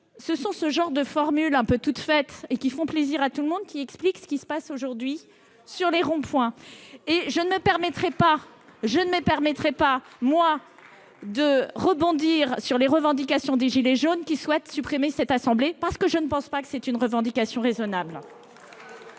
peuple. Ce genre de formules toutes faites, qui font plaisir à tout le monde, explique ce qui se passe aujourd'hui sur les ronds-points ! Pour ma part, je ne me permettrais pas de rebondir sur les revendications des « gilets jaunes » qui souhaitent supprimer cette assemblée, parce que je ne trouve pas que cette revendication soit raisonnable